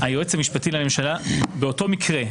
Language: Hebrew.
היועץ המשפטי לממשלה באותו מקרה,